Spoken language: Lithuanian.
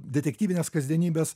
detektyvinės kasdienybės